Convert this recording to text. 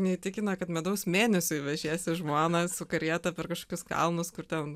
neįtikina kad medaus mėnesiui vežiesi žmoną su karieta per kažkokius kalnus kur ten